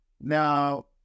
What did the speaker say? now